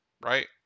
right